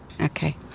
Okay